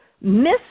miss